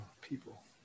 people